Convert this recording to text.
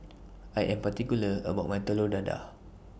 I Am particular about My Telur Dadah